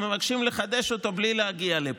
ומבקשים לחדש אותו בלי להגיע לפה.